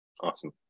awesome